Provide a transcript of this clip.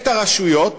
את הרשויות,